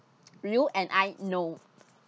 you and I know